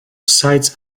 sites